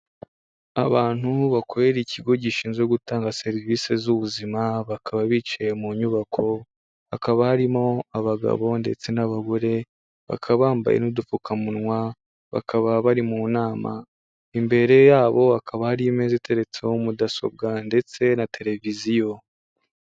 Abantu bakorera ikigo gishinzwe gutanga serivisi z'ubuzima, bakaba bicaye mu nyubako, hakaba harimo abagabo ndetse n'abagore, bakaba bambaye n'udupfukamunwa, bakaba bari mu nama, imbere yabo hakaba hariyo imeza iteretseho mudasobwa ndetse na tereviziyo.